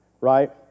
right